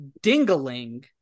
Dingaling